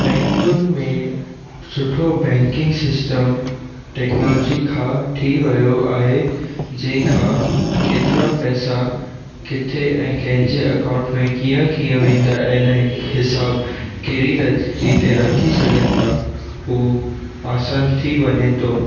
बैंकुनि में सुठो बैंकिंग सिस्टम टैक्नोलॉजी खां थी वियो आहे जंहिं खां केतिरा पैसा किथे ऐं कंहिं जे अकाउंट में कीअं कीअं वेंदा आहिनि ऐं हिसाब कहिड़ी रजी ते रखी सघनि था हू आसान थी वञे थो